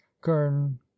kern